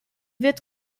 wird